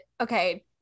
okay